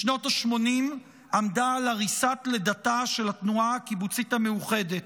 בשנות השמונים עמדה על ערישת לידתה של התנועה הקיבוצית המאוחדת.